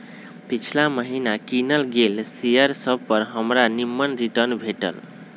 पिछिला महिन्ना किनल गेल शेयर सभपर हमरा निम्मन रिटर्न भेटल